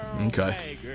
Okay